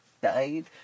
died